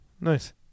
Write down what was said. Nice